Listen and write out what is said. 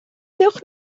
dewch